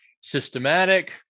systematic